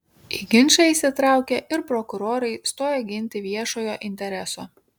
į ginčą įsitraukė ir prokurorai stoję ginti viešojo intereso